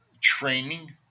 training